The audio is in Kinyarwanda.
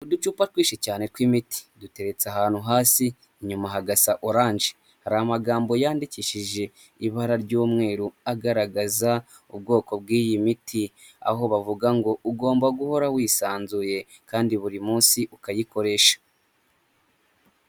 Uducupa twinshi cyane tw'imiti duteretse ahantu hasi inyuma hagasa oranje, hari amagambo yandikishije ibara ry'umweru agaragaza ubwoko bw'iyi miti aho bavuga ngo ugomba guhora wisanzuye kandi buri munsi ukayikoresha.